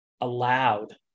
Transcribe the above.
allowed